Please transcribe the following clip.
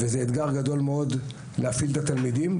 וזה אתגר גדול מאוד להפעיל את התלמידים,